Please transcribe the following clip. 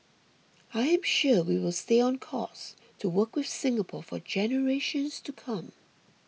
I'm sure we will stay on course to work with Singapore for generations to come